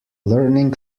learning